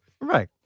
Right